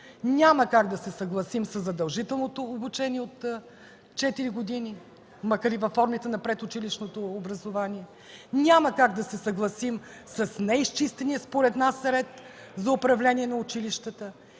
Няма как да се съгласим със задължителното обучение от четири години, макар и във формите на предучилищното образование, няма как да се съгласим с неизчистения, според нас, ред за управление на училищата.